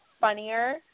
funnier